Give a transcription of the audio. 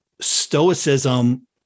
Stoicism